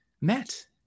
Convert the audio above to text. met